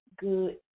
good